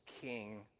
King